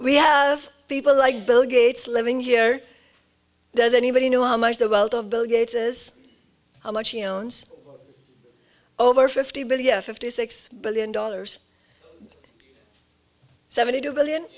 we have people like bill gates living here does anybody know how much the wealth of bill gates is how much he owns over fifty billion fifty six billion dollars seventy two billion